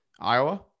iowa